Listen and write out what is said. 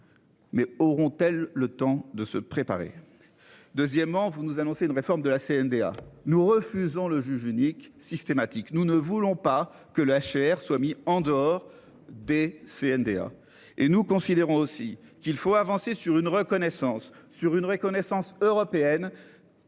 Mais auront-elles le temps de se préparer. Deuxièmement vous nous annoncez une réforme de la CNDA. Nous refusons le juge unique systématique. Nous ne voulons pas que le HCR soit mis en dehors des CNDA et nous considérons aussi qu'il faut avancer sur une reconnaissance sur une reconnaissance européenne.--